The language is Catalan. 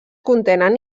contenen